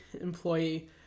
employee